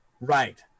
Right